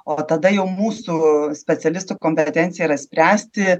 o tada jau mūsų specialistų kompetencija yra spręsti